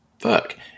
Fuck